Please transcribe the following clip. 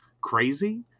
crazy